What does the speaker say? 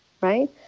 right